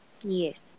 yes